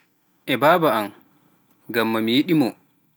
E Baa am ngam ma mi yiɗi mo